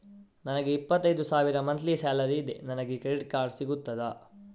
ನನಗೆ ಇಪ್ಪತ್ತೈದು ಸಾವಿರ ಮಂತ್ಲಿ ಸಾಲರಿ ಇದೆ, ನನಗೆ ಕ್ರೆಡಿಟ್ ಕಾರ್ಡ್ ಸಿಗುತ್ತದಾ?